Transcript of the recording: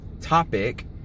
topic